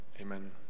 Amen